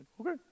Okay